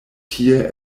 tie